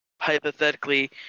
hypothetically